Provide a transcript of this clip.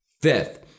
Fifth